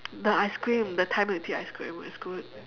the ice cream the thai milk tea ice cream it's good